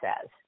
says